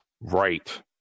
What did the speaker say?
Right